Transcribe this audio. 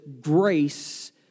grace